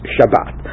Shabbat